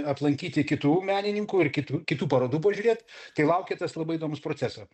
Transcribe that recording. aplankyti kitų menininkų ir kitų kitų parodų pažiūrėt tai laukia tas labai įdomus procesas